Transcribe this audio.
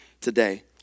today